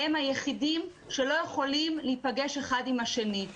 הם היחידים שלא יכולים להיפגש אחד עם השני.